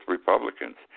Republicans